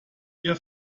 ihr